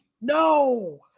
No